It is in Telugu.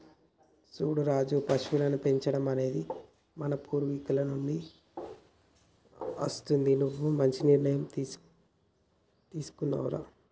సూడు రాజు పశువులను పెంచడం అనేది మన పూర్వీకుల నుండి అస్తుంది నువ్వు మంచి నిర్ణయం తీసుకున్నావ్ రా